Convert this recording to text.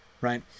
right